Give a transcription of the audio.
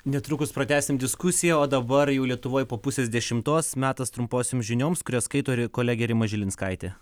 netrukus pratęsim diskusiją o dabar jau lietuvoj po pusės dešimtos metas trumposioms žinioms kurias skaito ri kolegė rima žilinskaitė